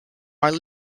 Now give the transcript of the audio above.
are